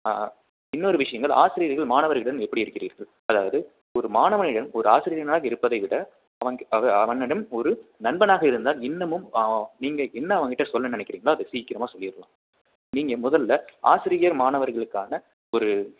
ஆ ஆ இன்னொரு விஷயங்கள் ஆசிரியர்கள் மாணவர்களிடம் எப்படி இருக்கிறீர்கள் அதாவது ஒரு மாணவனிடம் ஒரு ஆசிரியனாக இருப்பதை விட அவனுக்கு அவ அவனிடம் ஒரு நண்பனாக இருந்தால் இன்னமும் நீங்கள் என்ன அவன்கிட்ட சொல்ல நினைக்கிறீங்களோ அதை சீக்கிரமாக சொல்லிடலாம் நீங்கள் முதல்ல ஆசிரியர் மாணவர்களுக்கான ஒரு